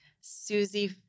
Susie